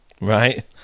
right